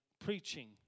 preaching